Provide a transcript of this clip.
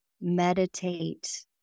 meditate